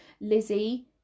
Lizzie